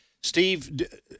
Steve